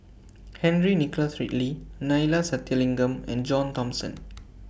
Henry Nicholas Ridley Neila Sathyalingam and John Thomson